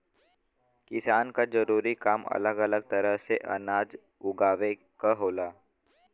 किसान क जरूरी काम अलग अलग तरे से अनाज उगावे क होला